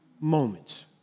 moments